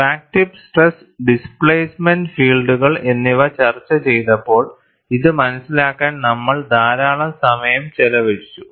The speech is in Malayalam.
ക്രാക്ക് ടിപ്പ് സ്ട്രെസ് ഡിസ്പ്ലേസ്മെന്റ് ഫീൽഡുകൾ എന്നിവ ചർച്ച ചെയ്തപ്പോൾ ഇത് മനസിലാക്കാൻ നമ്മൾ ധാരാളം സമയം ചെലവഴിച്ചു